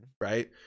right